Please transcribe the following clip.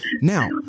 Now